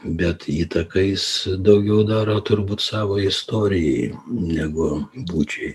bet įtaką jis daugiau daro turbūt savo istorijai negu būčiai